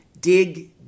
dig